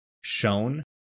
shown